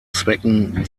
zwecken